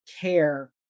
care